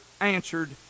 answered